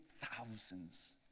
thousands